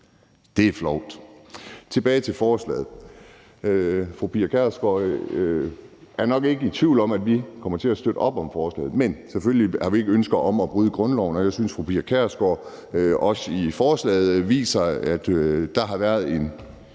til forslaget vil jeg sige, at fru Pia Kjærsgaard nok ikke er i tvivl om, at vi kommer til at støtte op om forslaget. Men selvfølgelig har vi ikke ønsker om at bryde grundloven, og jeg synes også, fru Pia Kjærsgaard i forslaget viser, at der har været en